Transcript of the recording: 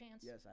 Yes